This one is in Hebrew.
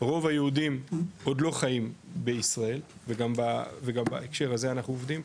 רוב היהודים עוד לא חיים בישראל וגם בהקשר הזה אנחנו עובדים,